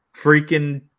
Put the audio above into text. freaking